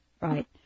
right